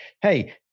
hey